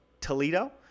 Toledo